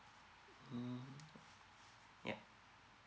mm yeah